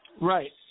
Right